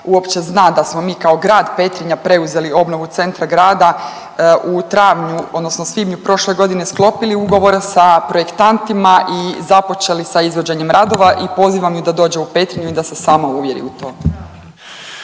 uopće zna da smo mi kao Grad Petrinja preuzeli obnovu centra grada u travnju odnosno svibnju sklopili ugovor sa projektantima i započeli sa izvođenjem radova i pozivam ju da dođe u Petrinju i da se sama uvjeri u to.